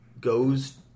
goes